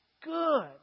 Good